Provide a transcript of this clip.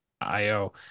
IO